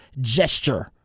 gesture